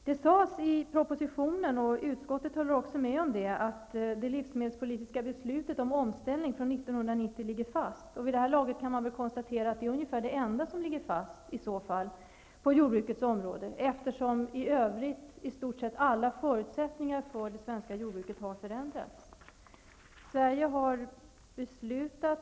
Det sades i propositionen, och utskottet håller med om, att det livsmedelspolitiska beslutet om omställning från 1990 ligger fast. Vid det här laget kan man konstatera att det väl är det enda som ligger fast på jordbrukets område. I övrigt har ju i stort sett alla förutsättningar för det svenska jordbruket förändrats.